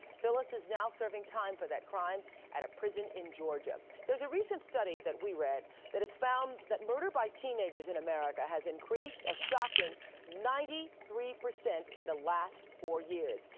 phyllis is now serving time for that crime at a prison in georgia. there's a recent study, that we read, that has found that murder by teenagers in america has increased a shocking ninety three percent in the last four years.